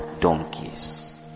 donkeys